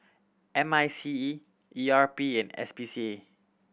M I C E E R P and S P C A